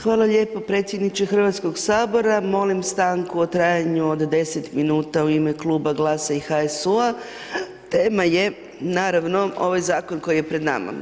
Hvala lijepo predsjedniče Hrvatskog sabora, molim stanku u trajanju od 10 minuta u ime Kluba GLSA-a i HSU-a, tema je naravno, ovaj zakon koji je pred nama.